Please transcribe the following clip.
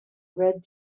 red